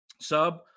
sub –